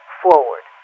forward